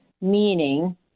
meaning